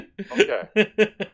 Okay